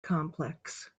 complex